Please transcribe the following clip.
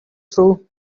through